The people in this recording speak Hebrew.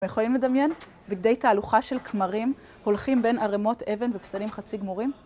יכולים לדמיין? בגדי תהלוכה של כמרים הולכים בין ערמות אבן ופסלים חצי גמורים?